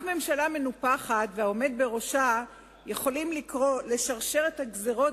רק ממשלה מנופחת והעומד בראשה יכולים לקרוא לשרשרת הגזירות